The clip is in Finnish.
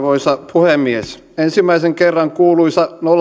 puhemies ensimmäisen kerran kuuluisa nolla pilkku seitsemän prosentin